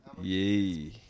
Yay